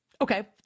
Okay